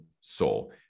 soul